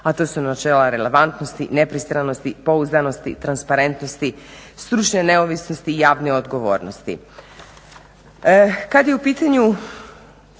a to su načela relevantnosti, nepristranosti, pouzdanosti, transparentnosti, stručne neovisnosti i javne odgovornosti.